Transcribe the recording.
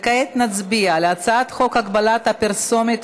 וכעת נצביע על הצעת חוק הגבלת הפרסומת